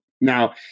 now